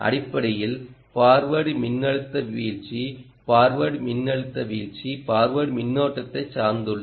அடிப்படையில் ஃபார்வர்ட் மின்னழுத்த வீழ்ச்சி ஃபார்வர்டு மின்னழுத்த வீழ்ச்சி ஃபார்வர்டு மின்னோட்டத்தை சார்ந்துள்ளது